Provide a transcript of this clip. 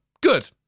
good